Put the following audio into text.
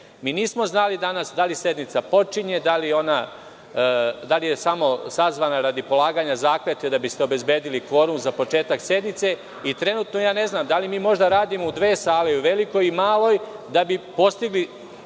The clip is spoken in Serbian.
Nismo znali danas da li sednica počinje, da li je sazvana samo radi polaganja zakletve, da bi ste obezbedili kvorum za početak sednice i trenutno ne znam da li možda radimo u dve sale, u velikoj i u maloj da bi postigli